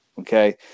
okay